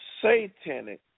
satanic